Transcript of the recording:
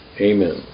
Amen